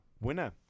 winner